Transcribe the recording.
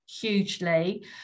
hugely